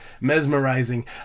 mesmerizing